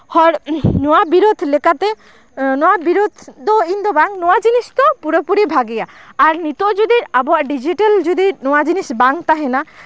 ᱦᱚᱲ ᱱᱚᱣᱟ ᱵᱤᱨᱩᱫ ᱞᱮᱠᱟᱛᱮ ᱱᱚᱣᱟ ᱵᱤᱨᱩᱫ ᱫᱚ ᱤᱧ ᱫᱚ ᱵᱟᱝ ᱱᱚᱣᱟ ᱡᱤᱱᱤᱥ ᱫᱚ ᱯᱩᱨᱟᱹ ᱯᱩᱨᱤ ᱵᱷᱟᱜᱮᱭᱟ ᱟᱨ ᱱᱤᱛᱚᱜ ᱡᱩᱫᱤ ᱟᱵᱚᱣᱟᱜ ᱰᱤᱡᱤᱴᱮᱞ ᱡᱩᱫᱤ ᱱᱚᱣᱟ ᱡᱤᱱᱤᱥ ᱵᱟᱝ ᱛᱟᱦᱮᱱᱟ